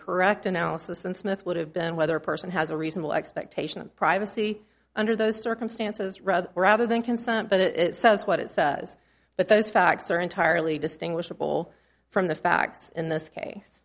correct analysis and smith would have been whether a person has a reasonable expectation of privacy under those circumstances rather rather than consent but it says what it says but those facts are entirely distinguishable from the facts in this case